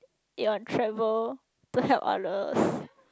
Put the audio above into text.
your travel to help others